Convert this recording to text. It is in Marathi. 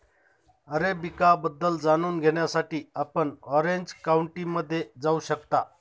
अरेबिका बद्दल जाणून घेण्यासाठी आपण ऑरेंज काउंटीमध्ये जाऊ शकता